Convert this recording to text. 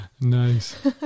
Nice